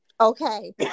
Okay